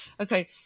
okay